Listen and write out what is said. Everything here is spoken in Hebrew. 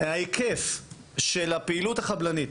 ההיקף של הפעילות החבלנית,